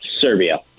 Serbia